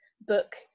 book